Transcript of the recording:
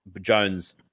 Jones –